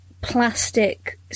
plastic